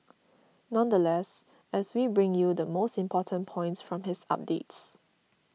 nonetheless as we bring you the important points from his updates